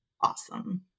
awesome